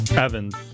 Evans